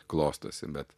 klostosi bet